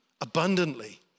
abundantly